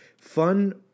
fun